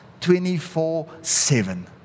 24-7